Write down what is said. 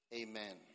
Amen